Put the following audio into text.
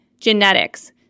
genetics